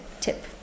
tip